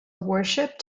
warship